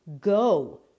Go